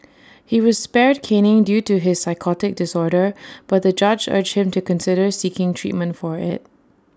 he was spared caning due to his psychotic disorder but the judge urged him to consider seeking treatment for IT